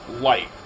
light